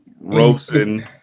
Rosen